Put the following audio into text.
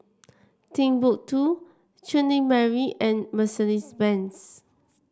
Timbuk two Chutney Mary and Mercedes Benz